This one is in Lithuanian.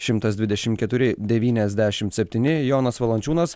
šimtas dvidešim keturi devyniasdešimt septyni jonas valančiūnas